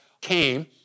came